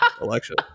election